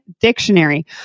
dictionary